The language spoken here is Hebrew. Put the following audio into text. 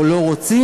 או לא רוצים,